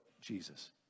Jesus